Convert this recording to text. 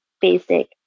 basic